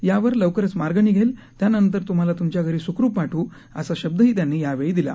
यावर लवकरच मार्ग निघेल त्यानंतर त्म्हाला त्मच्या घरी स्खरुप पाठवू असा शब्द ही त्यांनी यावेळी दिला